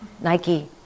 Nike